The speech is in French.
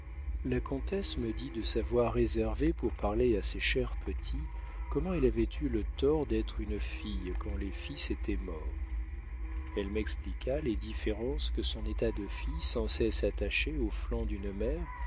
la comtesse me dit de sa voix réservée pour parler à ses chers petits comment elle avait eu le tort d'être une fille quand les fils étaient morts elle m'expliqua les différences que son état de fille sans cesse attachée aux flancs d'une mère